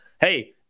Hey